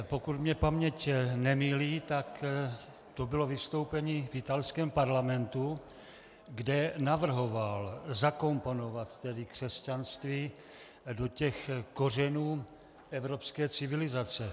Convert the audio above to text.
Pokud mě paměť nemýlí, tak to bylo vystoupení v italském parlamentě, kde navrhoval zakomponovat křesťanství do kořenů evropské civilizace.